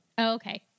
okay